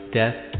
death